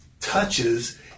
touches